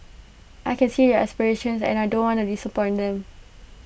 I can see their aspirations and I don't want disappoint them